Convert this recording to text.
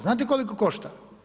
Znate koliko košta?